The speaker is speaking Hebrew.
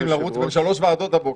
צריכים לרוץ בין שלוש ועדות הבוקר.